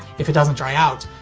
if it doesn't dry out,